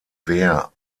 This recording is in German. wehr